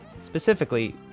Specifically